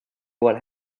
what